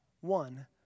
one